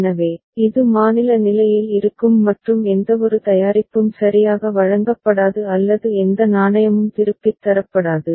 எனவே இது மாநில நிலையில் இருக்கும் மற்றும் எந்தவொரு தயாரிப்பும் சரியாக வழங்கப்படாது அல்லது எந்த நாணயமும் திருப்பித் தரப்படாது